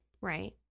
Right